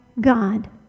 God